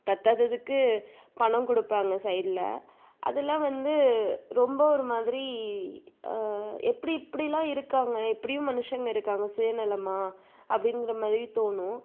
பற்றாததுக்கு பணம் கொடுப்பாங்க சைடில் அதலாம் வந்து ரொம்ப ஒரு மாதிரி எப்படி இப்படிலாம் இருக்காங்க இப்படியும் மனுஷங்க இருக்காங்க சுயநலமாக அப்படின்ங்கிற மாதிரி தோணும்